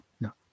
No